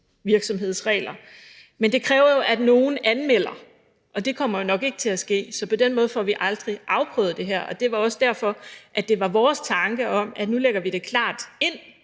mellemmandsvirksomhedsregler. Men det kræver jo, at nogen anmelder det, og det kommer nok ikke til at ske. Så på den måde får vi aldrig afprøvet det her, og det var også derfor, at vores tanke var: Nu lægger vi det klart ind